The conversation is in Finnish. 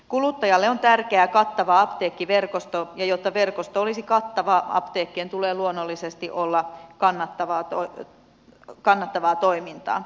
kuluttajalle on tärkeää kattava apteekkiverkosto ja jotta verkosto olisi kattava apteekkien tulee luonnollisesti olla kannattavaa toimintaa